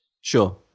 Sure